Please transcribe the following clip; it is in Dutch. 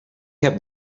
heb